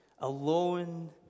alone